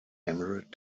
emerald